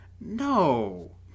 no